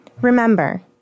Remember